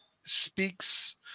speaks